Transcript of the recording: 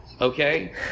Okay